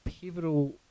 pivotal